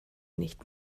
nicht